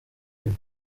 with